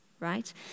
right